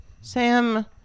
Sam